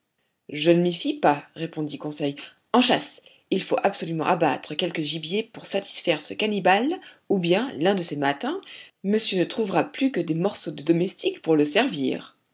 je ne m'y fie pas répondit conseil en chasse il faut absolument abattre quelque gibier pour satisfaire ce cannibale ou bien l'un de ces matins monsieur ne trouvera plus que des morceaux de domestique pour le servir